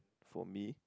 for me